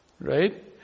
right